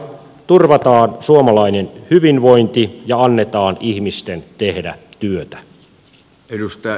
turvataan suomalainen hyvinvointi ja annetaan ihmisten tehdä työtä